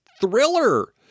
Thriller